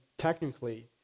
Technically